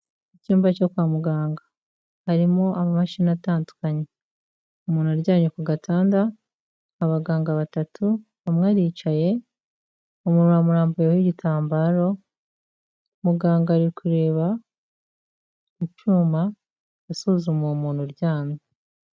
Mu cyumba cyo kwa muganga harimo amamashini atandukanye, umuntu aryamye ku gatanda, abaganga batatu umwe aricaye, umuntu bamurambuyeho igitambaro, muganga ari kureba mu cyuma asuzuma uwo muntu uryamye.